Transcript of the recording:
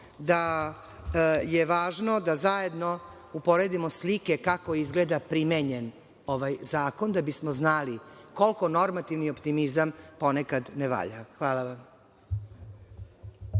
da je važno da zajedno uporedimo slike kako izgleda primenjen ovaj zakon, da bi smo znali koliko normativni optimizam ponekad ne valja. Hvala vam.